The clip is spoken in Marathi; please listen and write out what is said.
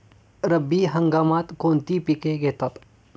रब्बी हंगामात कोणती पिके घेतात?